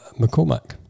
McCormack